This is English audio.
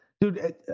Dude